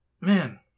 Man